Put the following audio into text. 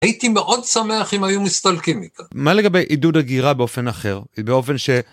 הייתי מאוד שמח אם היו מסתלקים איתה. מה לגבי עידוד הגירה באופן אחר, באופן ש...